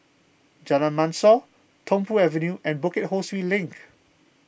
Jalan Mashor Tung Po Avenue and Bukit Ho Swee Link